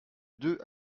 deux